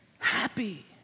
happy